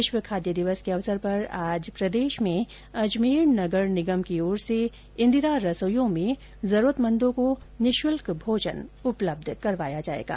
विश्व खाद्य दिवस के अवसर पर आज प्रदेश में अजमेर नगर निगम द्वारा इंदिरा रसोइयों में जरूरतमंदों को निःशुल्क भोजन उपलब्ध करवाया जाएगा